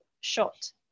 shot